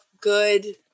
good